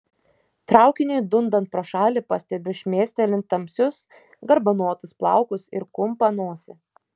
traukiniui dundant pro šalį pastebiu šmėstelint tamsius garbanotus plaukus ir kumpą nosį